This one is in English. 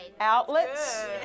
outlets